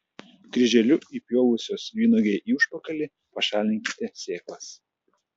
kryželiu įpjovusios vynuogei į užpakalį pašalinkite sėklas